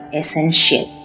essential